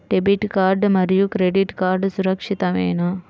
Debit card మరియు credit card సురక్షితమేనా?